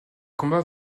combat